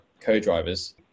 co-drivers